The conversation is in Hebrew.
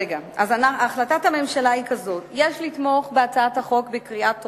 החלטת הממשלה היא זאת: יש לתמוך בהצעת החוק בקריאה טרומית,